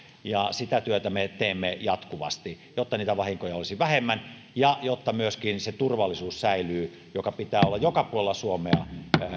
sitä työtä me teemme jatkuvasti jotta niitä vahinkoja olisi vähemmän ja jotta säilyy myöskin se turvallisuus jonka pitää olla joka puolella suomea